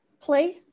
play